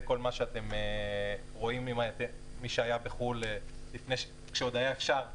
זה כל מה שאתם רואים מי שהיה בחו"ל כשעוד היה אפשר,